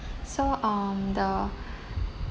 so um the